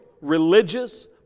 religious